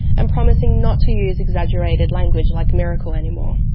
and promising not to use exaggerated language like miracle anymore.